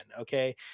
Okay